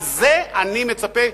על זה אני מצפה,